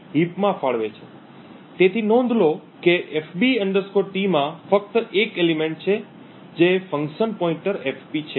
heap માં ફાળવે છે તેથી નોંધ લો કે FB T માં ફક્ત એક એલિમેન્ટ છે જે ફંક્શન પોઇન્ટર એફપી છે